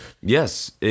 Yes